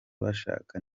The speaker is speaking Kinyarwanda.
bashaka